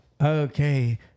okay